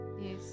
yes